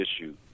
issue